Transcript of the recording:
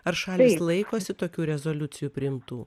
ar šalys laikosi tokių rezoliucijų priimtų